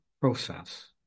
process